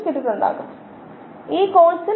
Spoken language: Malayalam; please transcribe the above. അതിനാൽ ഇതെല്ലാം കോശങ്ങളുടെ പരിപാലനത്തിലേക്ക് പോകുന്നു